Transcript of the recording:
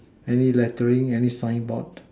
any lettering any signboard